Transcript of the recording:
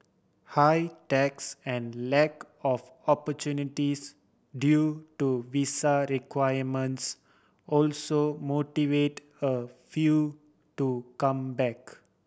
high taxes and lack of opportunities due to visa requirements also motivate a few to come back